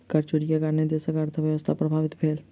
कर चोरी के कारणेँ देशक अर्थव्यवस्था प्रभावित भेल